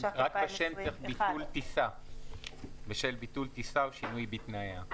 התש"ף 2020. בשל ביטול טיסה או שינוי בתנאיה.